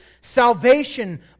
Salvation